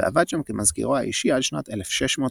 ועבד שם כמזכירו האישי עד שנת 1699,